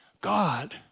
God